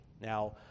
Now